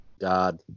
God